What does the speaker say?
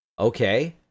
Okay